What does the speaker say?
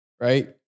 right